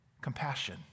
Compassion